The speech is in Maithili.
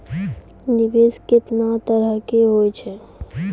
निवेश केतना तरह के होय छै?